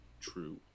true